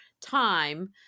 time